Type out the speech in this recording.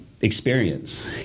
experience